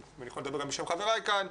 ואני יכול לדבר גם בשם חבריי כאן,